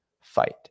fight